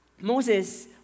Moses